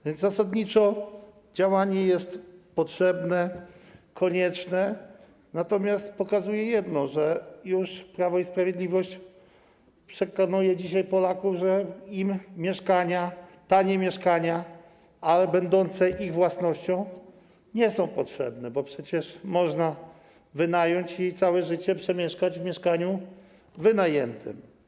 A więc zasadniczo działanie jest potrzebne, konieczne, natomiast pokazuje jedno: Prawo i Sprawiedliwość przekonuje dzisiaj Polaków, że mieszkania, tanie mieszkania, ale będące ich własnością, nie są im potrzebne, bo przecież można wynająć i całe życie przemieszkać w mieszkaniu wynajętym.